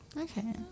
okay